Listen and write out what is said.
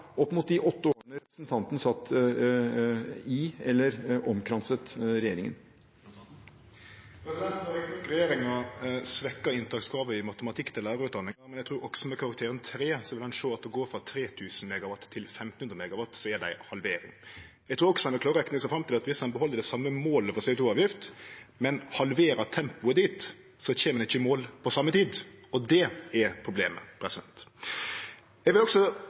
opp mot de åtte årene representanten satt i eller var omkranset av regjeringen. Regjeringa har rett nok svekt inntakskravet for matematikk til lærarutdanninga, men eg trur at ein også med karakteren 3 vil sjå at det å gå frå 3 000 MW til 1 500 MW er ei halvering. Eg trur også ein vil klare å rekne seg fram til at viss ein beheld det same målet for CO 2 -avgift, men halverer tempoet dit, kjem ein ikkje i mål på same tid. Det er problemet. Eg vil